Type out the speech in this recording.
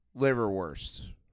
Liverwurst